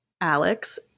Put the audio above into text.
Alex